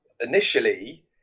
initially